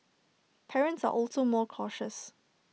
parents are also more cautious